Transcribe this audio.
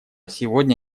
сегодня